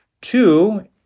Two